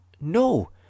no